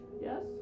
yes